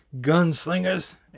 gunslingers